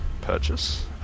purchase